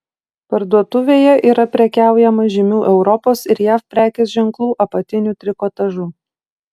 parduotuvėje yra prekiaujama žymių europos ir jav prekės ženklų apatiniu trikotažu